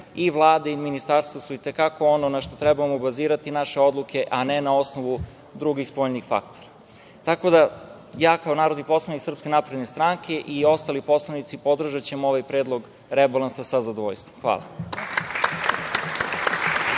i Vlade i ministarstva su i te kako ono na čemu trebamo bazirati naše odluke, a ne na osnovu drugih spoljnih faktora. Kao narodni poslanik SNS i ostali poslanici podržaćemo ovaj Predlog rebalansa sa zadovoljstvom. Hvala.